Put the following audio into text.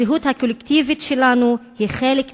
הזהות הקולקטיבית שלנו היא חלק מהנאורות.